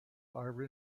are